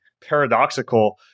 paradoxical